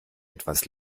etwas